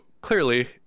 clearly